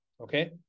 okay